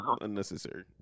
unnecessary